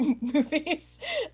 movies